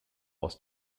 aus